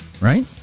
right